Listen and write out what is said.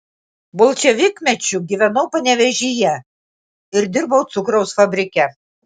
bolševikmečiu gyvenau panevėžyje ir dirbau cukraus fabrike